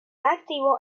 activo